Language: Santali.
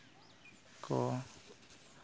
ᱠᱚ